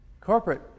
corporate